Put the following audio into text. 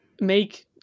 make